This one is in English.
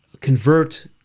convert